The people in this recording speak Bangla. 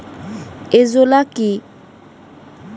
এজোলা কি?